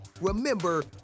Remember